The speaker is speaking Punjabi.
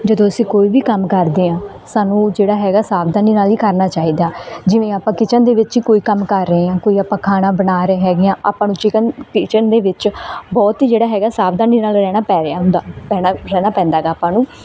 ਜਦੋਂ ਅਸੀਂ ਕੋਈ ਵੀ ਕੰਮ ਕਰਦੇ ਹਾਂ ਸਾਨੂੰ ਜਿਹੜਾ ਹੈਗਾ ਸਾਵਧਾਨੀ ਨਾਲ ਹੀ ਕਰਨਾ ਚਾਹੀਦਾ ਜਿਵੇਂ ਆਪਾਂ ਕਿਚਨ ਦੇ ਵਿੱਚ ਕੋਈ ਕੰਮ ਕਰ ਰਹੇ ਹਾਂ ਕੋਈ ਆਪਾਂ ਖਾਣਾ ਬਣਾ ਰਹੇ ਹੈਗੇ ਹਾਂ ਆਪਾਂ ਨੂੰ ਚਿਕਨ ਕਿਚਨ ਦੇ ਵਿੱਚ ਬਹੁਤ ਜਿਹੜਾ ਹੈਗਾ ਸਾਵਧਾਨੀ ਨਾਲ ਰਹਿਣਾ ਪੈ ਰਿਹਾ ਹੁੰਦਾ ਰਹਿਣਾ ਰਹਿਣਾ ਪੈਂਦਾ ਹੈਗਾ ਆਪਾਂ ਨੂੰ